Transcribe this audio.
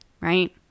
right